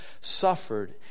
suffered